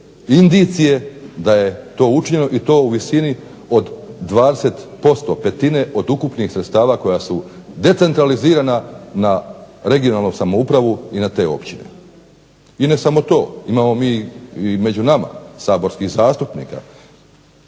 indicije da je to učinjeno i to u visini 20% petine od ukupnih sredstava koja su decentralizirana na regionalnu samoupravu i na te općine. I ne samo to, imamo mi i među nama saborskih zastupnika,